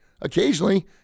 Occasionally